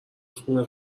خانه